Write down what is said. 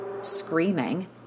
screaming